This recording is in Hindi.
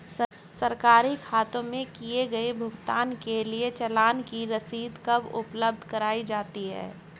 सरकारी खाते में किए गए भुगतान के लिए चालान की रसीद कब उपलब्ध कराईं जाती हैं?